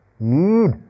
need